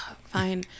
fine